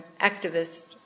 activist